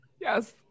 Yes